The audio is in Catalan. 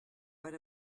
per